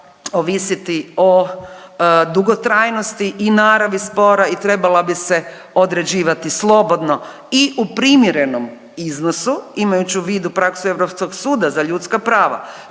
ovisiti o dugotrajnosti i naravni spora i trebala bi se određivati slobodno i u primjerenom iznosu, imajući u vidu praksu Europskog suda za ljudska prava.